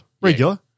Regular